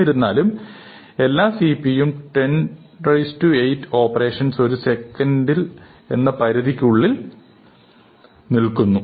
എന്നിരുന്നാലും എല്ലാ CPU ഉം 108 ഓപ്പറേഷൻ ഒരു സെക്കൻഡിൽ എന്ന പരിധിക്കുള്ളിൽ നിൽക്കുന്നു